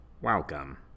Welcome